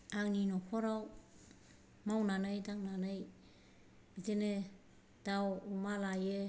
आंनि न'खराव मावनानै दांनानै बिदिनो दाव अमा लायो